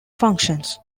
functions